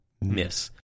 miss